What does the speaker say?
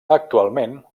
actualment